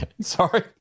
Sorry